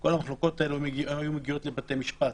כל המחלוקות האלה היו מגיעות לבתי משפט,